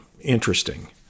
Interesting